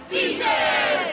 Beaches